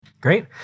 Great